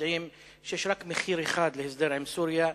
יודעים שיש רק מחיר אחד להסדר עם סוריה,